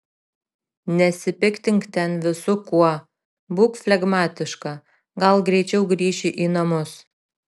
nesipiktink ten visu kuo būk flegmatiška gal greičiau grįši į namus